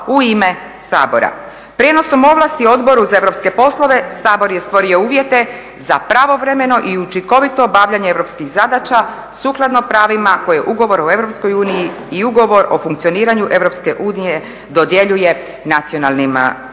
u ime Sabora. Prijenosom ovlasti Odboru za europske poslove Sabor je stvorio uvjete za pravovremeno i učinkovito obavljanje europskih zadaća sukladno pravima koje ugovor o Europskoj uniji i ugovor o funkcioniranju Europske unije dodjeljuje nacionalnim parlamentima.